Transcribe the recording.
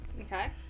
okay